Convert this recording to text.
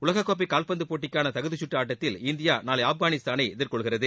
உலகக்கோப்பை காவ்பந்து போட்டிக்கான தகுதி சுற்று ஆட்டத்தில் இந்தியா நாளை ஆப்கானிஸ்தாளை எதிர்கொள்கிறது